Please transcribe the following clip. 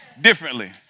differently